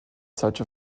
such